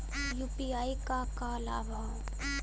UPI क का का लाभ हव?